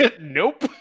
Nope